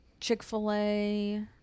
Chick-fil-A